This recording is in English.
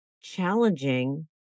challenging